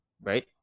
Right